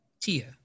Tia